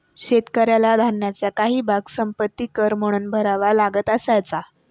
शेतकऱ्याला धान्याचा काही भाग संपत्ति कर म्हणून भरावा लागत असायचा